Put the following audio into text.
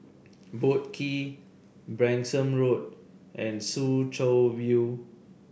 Boat Quay Branksome Road and Soo Chow View